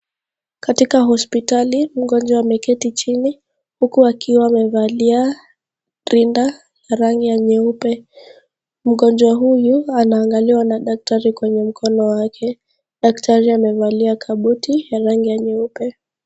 Katika hospitali, mgonjwa ameketi chini huku akiwa amevalia rinda ya rangi ya nyeupe. Mgonjwa huyu anaangaliwa na daktari kwenye mkono wake. Daktari amevalia kabuti ya rangi ya nyeupe.